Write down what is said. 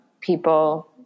people